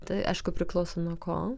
tai aišku priklauso nuo ko